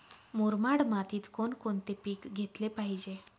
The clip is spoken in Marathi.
मुरमाड मातीत कोणकोणते पीक घेतले पाहिजे?